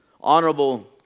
honorable